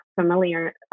familiar